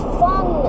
fun